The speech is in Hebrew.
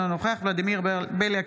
אינו נוכח ולדימיר בליאק,